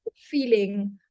feeling